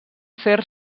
fer